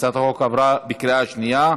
הצעת החוק עברה בקריאה השנייה.